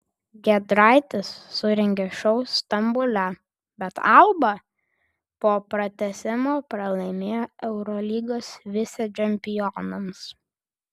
giedraitis surengė šou stambule bet alba po pratęsimo pralaimėjo eurolygos vicečempionams